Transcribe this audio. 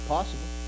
Possible